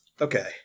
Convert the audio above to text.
Okay